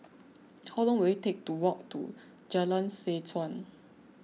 how long will it take to walk to Jalan Seh Chuan